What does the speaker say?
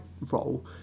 role